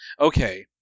okay